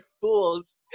fools